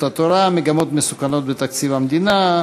התורה: מגמות מסוכנות בתקציב המדינה.